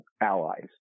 allies